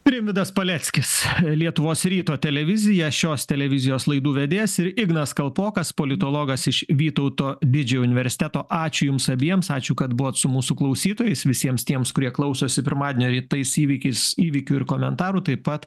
rimvydas paleckis lietuvos ryto televizija šios televizijos laidų vedėjas ir ignas kalpokas politologas iš vytauto didžiojo universiteto ačiū jums abiems ačiū kad buvot su mūsų klausytojais visiems tiems kurie klausosi pirmadienio rytais įvykis įvykių ir komentarų taip pat